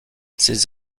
ses